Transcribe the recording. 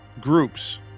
groups